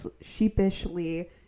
sheepishly